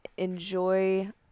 Enjoy